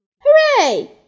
Hooray